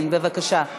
כן, בבקשה.